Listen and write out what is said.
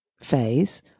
phase